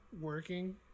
working